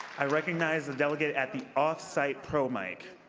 i recognize the delegate at the off-site pro mic